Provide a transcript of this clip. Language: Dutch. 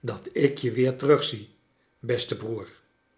dat ik je weer terugzie beste broer